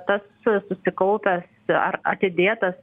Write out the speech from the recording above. tas susikaupęs ar atidėtas